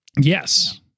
Yes